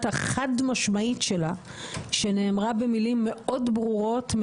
החד משמעית שלה שנאמרה במילים מאוד ברורות,